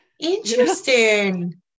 Interesting